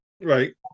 Right